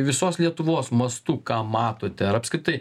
visos lietuvos mastu ką matote ar apskritai